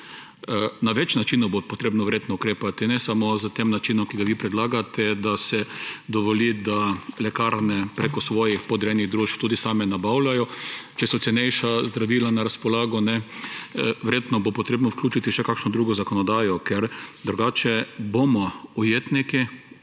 na več načinov ukrepati ne samo s tem načinom, ki ga vi predlagate, da se dovoli, da lekarne preko svojih podrejenih družb tudi same nabavljajo, če so cenejša zdravila na razpolago. Verjetno bo potrebno vključiti še kakšno drugo zakonodajo, ker drugače bomo ujetniki